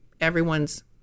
everyone's